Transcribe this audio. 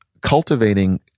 cultivating